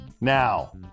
Now